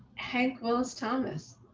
hank willis thomas,